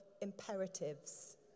imperatives